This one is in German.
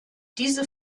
diese